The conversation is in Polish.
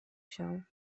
się